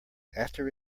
after